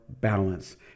balance